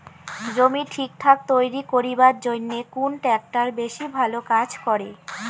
জমি ঠিকঠাক তৈরি করিবার জইন্যে কুন ট্রাক্টর বেশি ভালো কাজ করে?